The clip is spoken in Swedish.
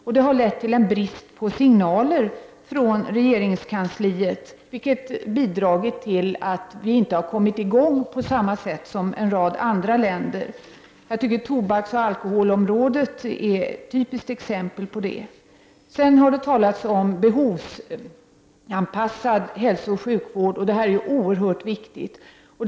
Detta har lett till en brist på signaler från regeringskansliet, vilket bidragit till att vi inte har kommit i gång på samma sätt som en rad andra länder. Jag tycker att tobaksoch alkoholområdet är ett typiskt exempel på det. Sedan har det talats om behovsanpassad hälsooch sjukvård. Det är oerhört viktigt.